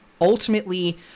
Ultimately